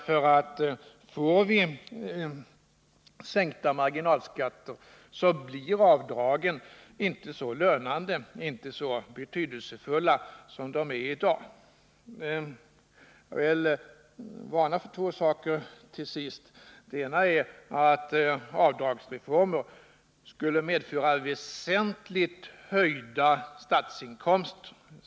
Får vi sänkta marginalskatter blir avdragen inte så betydelsefulla som de är i dag. Jag vill till sist varna för en sak. Det är tron att avdragsreformen skulle medföra väsentligt höjda skatteinkomster.